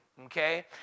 Okay